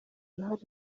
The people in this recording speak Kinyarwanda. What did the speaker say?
uruhare